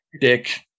dick